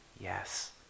yes